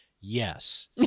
yes